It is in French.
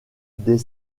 des